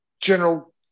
general